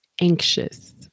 anxious